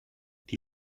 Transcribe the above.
die